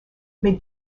mais